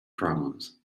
problems